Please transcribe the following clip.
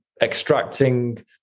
extracting